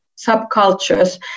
subcultures